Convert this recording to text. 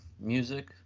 music